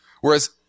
Whereas